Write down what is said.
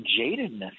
jadedness